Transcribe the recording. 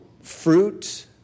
fruit